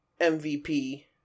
MVP